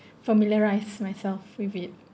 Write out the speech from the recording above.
familiarise myself with it